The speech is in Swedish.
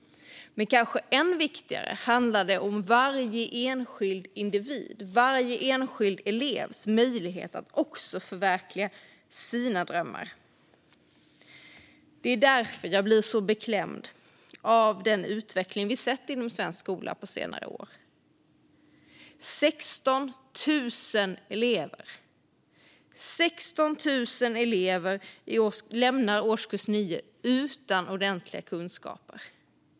Men kanske än viktigare är varje enskild individs, varje enskild elevs, möjlighet att förverkliga sina drömmar. Det är därför jag blir så beklämd över den utveckling vi har sett inom svensk skola på senare år. 16 000 elever lämnar årskurs 9 utan ordentliga kunskaper.